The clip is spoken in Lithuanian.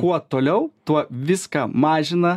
kuo toliau tuo viską mažina